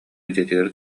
дьиэтигэр